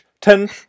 Ten